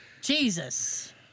Jesus